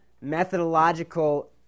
methodological